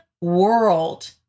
world